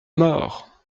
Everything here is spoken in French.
mort